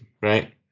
right